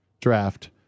draft